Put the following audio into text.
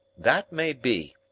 that may be.